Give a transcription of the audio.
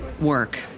work